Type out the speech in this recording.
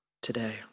today